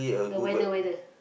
the weather weather